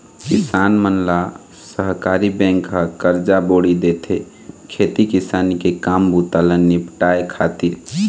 किसान मन ल सहकारी बेंक ह करजा बोड़ी देथे, खेती किसानी के काम बूता ल निपाटय खातिर